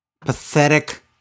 Pathetic